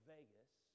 Vegas